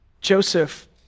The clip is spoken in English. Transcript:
Joseph